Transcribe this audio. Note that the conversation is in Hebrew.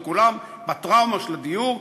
וכולם בטראומה של הדיור,